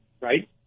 right